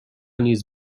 نیز